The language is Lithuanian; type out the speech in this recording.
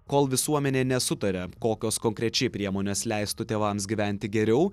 kol visuomenė nesutaria kokios konkrečiai priemonės leistų tėvams gyventi geriau